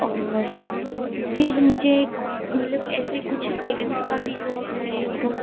और फिर मुझे मतलब ऐसे कुछ गेम्स का भी शौक़ रहा है